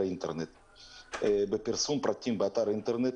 האינטרנט 2. בפרסום פרטים באתר האינטרנט,